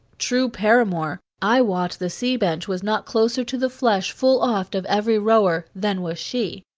true paramour i wot the sea-bench was not closer to the flesh, full oft, of every rower, than was she.